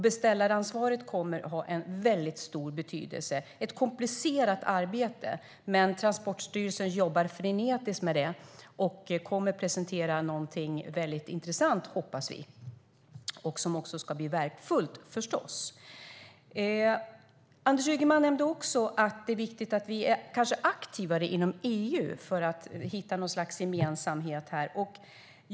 Beställaransvaret kommer att ha stor betydelse. Det är ett komplicerat arbete, men Transportstyrelsen jobbar frenetiskt och kommer att presentera något väldigt intressant, hoppas vi. Vi hoppas förstås också att det blir verkningsfullt. Anders Ygeman nämnde också att det är viktigt att vi är aktivare i EU för att hitta en gemensamhet här.